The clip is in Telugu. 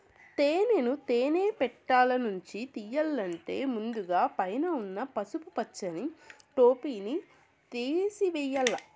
తేనెను తేనె పెట్టలనుంచి తియ్యల్లంటే ముందుగ పైన ఉన్న పసుపు పచ్చని టోపిని తేసివేయల్ల